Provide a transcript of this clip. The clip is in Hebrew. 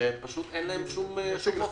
שאין להם שום אופק.